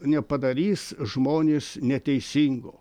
nepadarys žmonės neteisingo